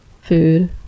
food